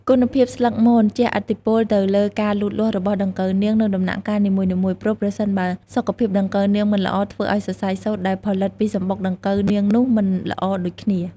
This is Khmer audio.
គុណភាពស្លឹកមន ជះឥទ្ធិពលទៅលើការលូតលាស់របស់ដង្កូវនាង នៅដំណាក់កាលនីមួយៗ ព្រោះប្រសិនបើសុខភាពដង្កូវនាងមិនល្អ ធ្វើឱ្យសរសៃសូត្រដែលផលិតពីសំបុកដង្កូវនាងនោះមិនល្អដូចគ្នា។